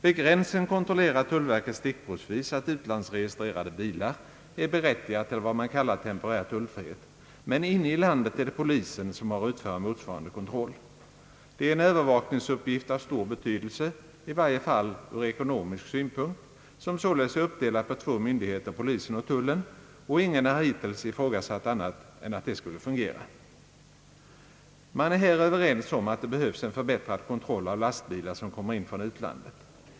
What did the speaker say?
Vid gränsen kontrollerar tullverket stickprovsvis, att utlandsregistrerade bilar är berättigade till vad man kallar temporär tullfrihet, men inne i landet är det polisen som har att utföra motsvarande kontroll. Det är en övervakningsuppgift av stor betydelse i varje fall ur ekonomisk synpunkt, som således är uppdelad på två myndigheter, polisen och tullen, och ingen har hittills ifrågasatt annat än att det skall fungera. Man är här överens om att det behövs en förbättrad kontroll av lastbilar som kommer in från utlandet.